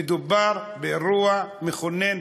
מדובר באירוע מכונן,